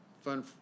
fun